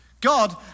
God